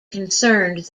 concerned